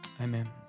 Amen